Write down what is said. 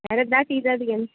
సరే దా టీ తాగుతువు కానీ